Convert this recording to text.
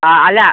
ആ അല്ല